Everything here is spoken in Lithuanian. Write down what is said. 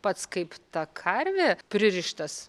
pats kaip ta karvė pririštas